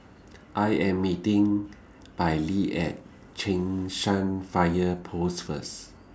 I Am meeting Bailee At Cheng San Fire Post First